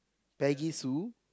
Peggy Sue